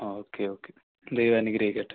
ആ okay okay ദൈവം അനുഗ്രഹിക്കട്ടെ